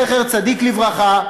זכר צדיק לברכה,